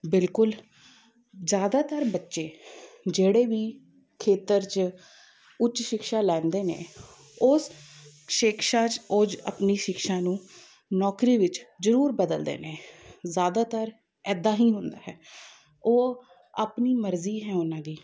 ਬਿਲਕੁਲ ਜ਼ਿਆਦਾਤਰ ਬੱਚੇ ਜਿਹੜੇ ਵੀ ਖੇਤਰ 'ਚ ਉੱਚ ਸ਼ਿਕਸ਼ਾ ਲੈਂਦੇ ਨੇ ਉਸ ਸ਼ਿਕਸ਼ਾ 'ਚ ਉਹ ਆਪਣੀ ਸ਼ਿਕਸ਼ਾ ਨੂੰ ਨੌਕਰੀ ਵਿੱਚ ਜ਼ਰੂਰ ਬਦਲਦੇ ਨੇ ਜ਼ਿਆਦਾਤਰ ਇੱਦਾਂ ਹੀ ਹੁੰਦਾ ਹੈ ਉਹ ਆਪਣੀ ਮਰਜ਼ੀ ਹੈ ਉਹਨਾਂ ਦੀ